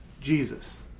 Jesus